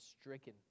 stricken